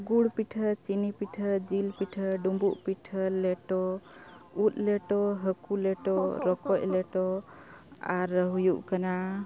ᱜᱩᱲ ᱯᱤᱴᱷᱟᱹ ᱪᱤᱱᱤ ᱯᱤᱴᱷᱟᱹ ᱡᱤᱞ ᱯᱤᱴᱷᱟᱹ ᱰᱩᱢᱵᱩᱜ ᱯᱤᱴᱷᱟᱹ ᱞᱮᱴᱚ ᱩᱫ ᱞᱮᱴᱚ ᱦᱟᱹᱠᱩ ᱞᱮᱴᱚ ᱨᱚᱠᱚᱡ ᱞᱮᱴᱚ ᱟᱨ ᱦᱩᱭᱩᱜ ᱠᱟᱱᱟ